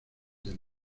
del